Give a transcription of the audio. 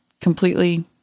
completely